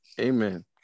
Amen